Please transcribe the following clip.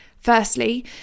Firstly